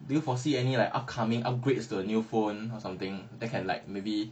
do you foresee any like upcoming upgrades to a new phone or something that can like maybe